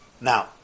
Now